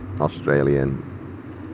Australian